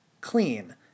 clean